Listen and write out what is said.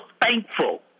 thankful